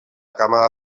càmera